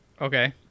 Okay